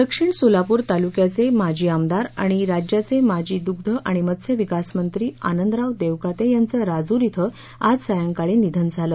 दक्षिण सोलापूर तालुक्याचे माजी आमदार आणि राज्याचे माजी दुग्ध आणि मत्स्य विकास मंत्री आनंदराव देवकते यांचे राजूर येथे आज सायंकाळी दुःखद निधन झाले